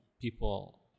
people